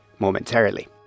momentarily